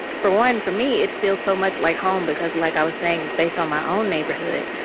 for one, for me, it feels so much like home because, like i was saying, it's based on my own neighborhood.